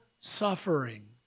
suffering